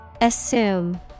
Assume